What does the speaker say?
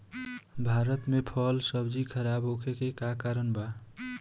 भारत में फल सब्जी खराब होखे के का कारण बा?